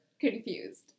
confused